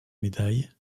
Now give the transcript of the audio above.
médailles